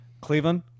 Cleveland